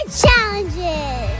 challenges